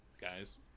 guys